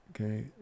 okay